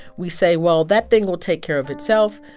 we say, well, that thing will take care of itself.